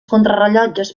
contrarellotges